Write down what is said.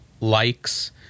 likes